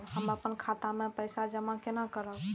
हम अपन खाता मे पैसा जमा केना करब?